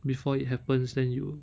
before it happens then you